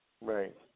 Right